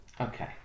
Okay